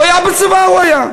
הוא היה בצבא, הוא היה.